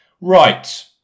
Right